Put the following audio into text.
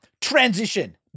transition